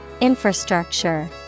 Infrastructure